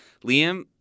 Liam